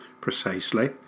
precisely